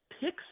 picks